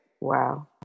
Wow